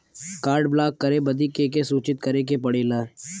Card block करे बदी के के सूचित करें के पड़ेला?